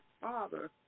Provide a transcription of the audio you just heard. father